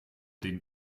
den